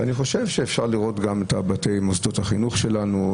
אפשר לראות זאת גם במוסדות החינוך שלנו,